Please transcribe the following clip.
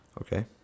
okay